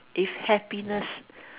if happiness